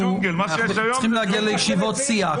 אנחנו צריכים להגיע לישיבות סיעה.